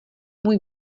můj